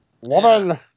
Woman